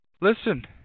Listen